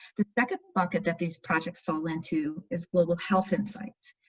the second pocket that these projects fall into is global health insights,